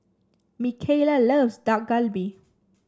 Mikayla loves Dak Galbi